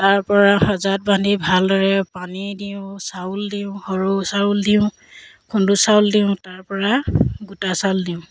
তাৰপৰা সজাত বান্ধি ভালদৰে পানী দিওঁ চাউল দিওঁ সৰু চাউল দিওঁ খুন্দু চাউল দিওঁ তাৰপৰা গোটা চাউল দিওঁ